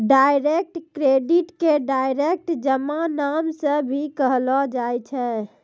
direct credit के direct जमा नाम से भी कहलो जाय छै